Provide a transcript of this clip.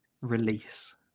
Release